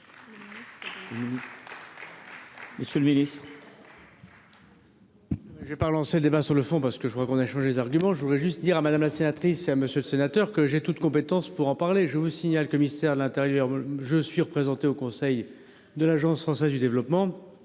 Monsieur le ministre,